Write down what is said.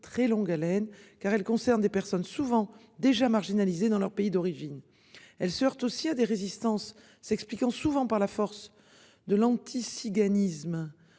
très longue haleine, car elle concerne des personnes souvent déjà marginalisé dans leur pays d'origine. Elle se heurte aussi à des résistances s'expliquent en souvent par la force de l'anti-si Ghanime